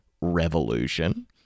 revolution